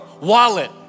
wallet